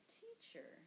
teacher